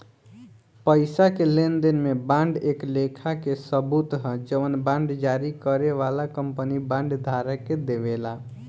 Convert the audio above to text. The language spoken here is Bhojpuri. पईसा के लेनदेन में बांड एक लेखा के सबूत ह जवन बांड जारी करे वाला कंपनी बांड धारक के देवेला